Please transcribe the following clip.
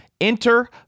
Enter